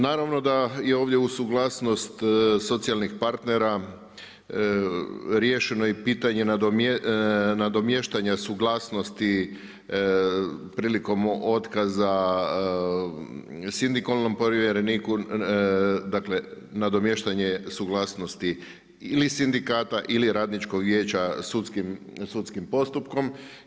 Naravno da je ovdje uz suglasnost socijalnih partnera riješeno i pitanje nadomještanja suglasnosti prilikom otkaza sindikalnom povjereniku, dakle nadomještanje suglasnosti ili sindikata ili radničkog vijeća sudskim postupkom.